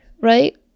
right